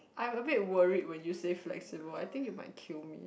I'm a bit worried when you say flexible I think you might kill me